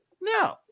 No